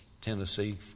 Tennessee